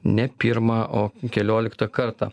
ne pirmą o kelioliktą kartą